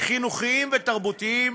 חינוכיים ותרבותיים,